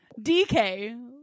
DK